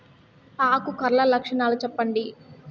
ఆకు కర్ల లక్షణాలు సెప్పండి